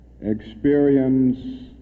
experience